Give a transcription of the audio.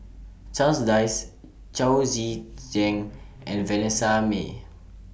Charles Dyce Chao Tzee Cheng and Vanessa Mae